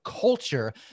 culture